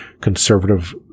conservative –